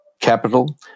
capital